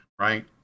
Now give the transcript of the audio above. right